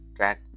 track